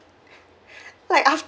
like after